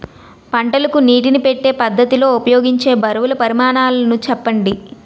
పంటలకు నీటినీ పెట్టే పద్ధతి లో ఉపయోగించే బరువుల పరిమాణాలు చెప్పండి?